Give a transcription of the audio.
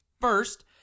First